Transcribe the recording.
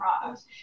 products